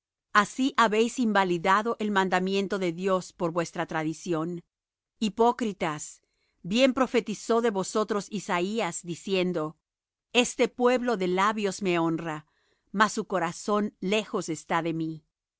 así habéis invalidado el mandamiento de dios por vuestra tradición hipócritas bien profetizó de vosotros isaías diciendo este pueblo de labios me honra mas su corazón lejos está de mí